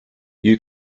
you